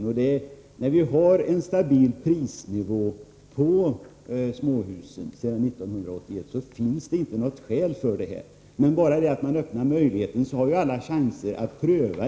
När vi sedan 1981 har en stabil prisnivå beträffande småhusen, finns det inte något skäl. Då det Öppnas möjligheter, har ju alla chansen att pröva.